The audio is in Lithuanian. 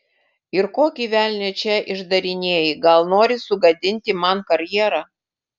ir kokį velnią čia išdarinėji gal nori sugadinti man karjerą